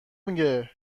میگه